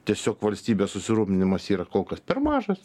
tiesiog valstybės susirūpinimas yra kol kas per mažas